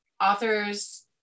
authors